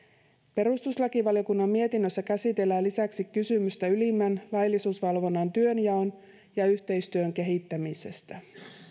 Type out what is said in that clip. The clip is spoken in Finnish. perustuslakivaliokunnan mietinnössä käsitellään lisäksi kysymystä ylimmän laillisuusvalvonnan työnjaon ja yhteistyön kehittämisestä